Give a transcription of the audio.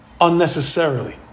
unnecessarily